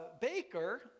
baker